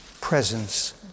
presence